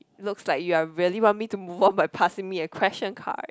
looks like you are really want me to move on by passing me a question card